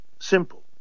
Simple